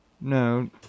No